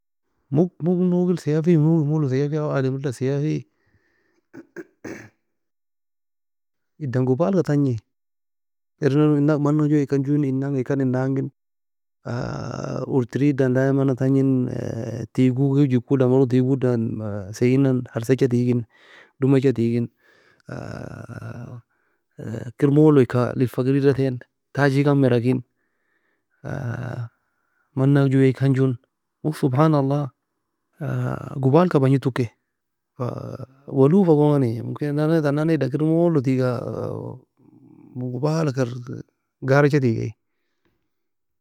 Mug Mug nouge el seiaa fee nougien molo seiaa fe او ademri dan seiaa fe noise edan gubalka tagni ern nan nae enak mana jowe ekan joen. Enagai ekan en nangi urtery dan دايما tagni tae go ewigiko dan gown tae godan seienan harsecha teagien domecha teagin, kir molo eka lifa greda ten, tachikan meira kin manak jowe ekan joen. Mug سبحان الله gubalka bagnid ta uken walofa gon genny, ممكن en nan nae tar nan ne edan kir molo teaga gubala kir garecha teagie.